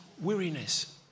weariness